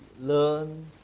learn